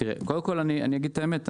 אני אגיד את האמת,